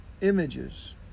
images